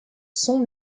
sont